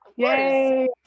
Yay